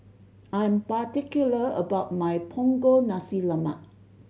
I am particular about my Punggol Nasi Lemak